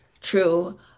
true